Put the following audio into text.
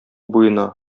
буена